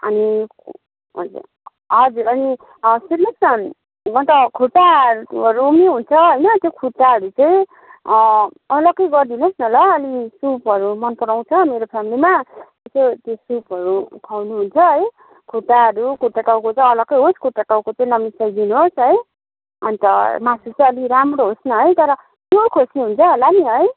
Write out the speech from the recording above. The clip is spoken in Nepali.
अनि हजुर अनि सुन्नुहोस् न म त खुट्टाहरू पनि हुन्छ होइन त्यो खुट्टाहरू चाहिँ अँ अलग्गै गरिदिनुहोस् न ल अलि सुपहरू मन पराउँछ मेरो फेमिलीमा त्यो सुपहरू खुवाउनु हुन्छ है खुट्टाहरू खुट्टा टाउको चाहिँ अलग्गै होस् खुट्टा टाउको चाहिँ नमिसाई दिनुहोस् है अन्त मासु चाहिँ अलि राम्रो होस् न है तर प्योर खसी हुन्छ होला नि है